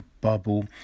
bubble